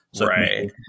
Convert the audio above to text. right